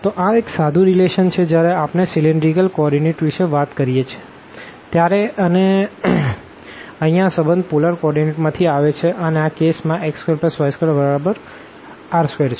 તો આ સાદુ રીલેશન છે જયારે આપણે સીલીન્દ્રીકલ કો ઓર્ડીનેટ વિષે વાત કરીએ ત્યારે અને અહિયાં આ સંબંધ પોલર કોઓર્ડીનેટ માં થી આવે છે અને આ કેસ માં x2y2r2 છે